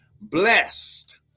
blessed